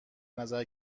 نظر